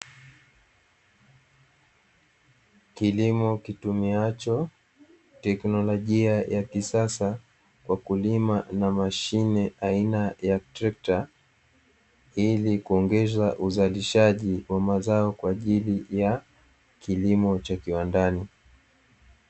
Kilimo kitumiacho tekinologia ya kisasa kwa Kulima na mashine aina ya trekta, kwa ajili ya uzalishaji wa mazao ya kilimo cha kiwandani.